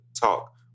talk